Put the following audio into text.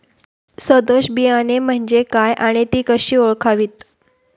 सदोष बियाणे म्हणजे काय आणि ती कशी ओळखावीत?